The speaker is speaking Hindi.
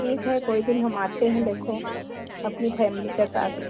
ठीक है कोई दिन हम आते हैं देखो अपनी फैमिली के पास